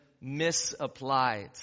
misapplied